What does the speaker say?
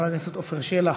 חבר הכנסת עפר שלח,